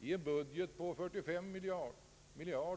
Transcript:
i en budget på 45 miljarder kronor.